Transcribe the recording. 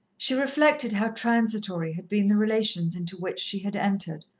she reflected how transitory had been the relations into which she had entered,